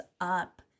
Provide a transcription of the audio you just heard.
up